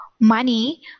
Money